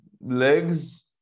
legs